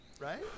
Right